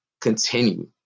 continue